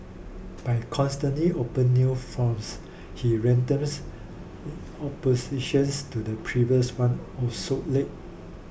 by constantly open new fronts he renders oppositions to the previous one obsolete